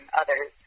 others